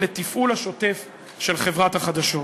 לתפעול השוטף של חברת החדשות.